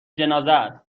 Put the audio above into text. جنازهست